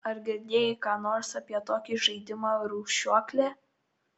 ar girdėjai ką nors apie tokį žaidimą rūšiuoklė